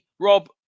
Rob